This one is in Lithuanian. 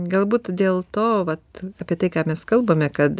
galbūt dėl to vat apie tai ką mes kalbame kad